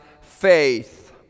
faith